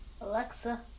Alexa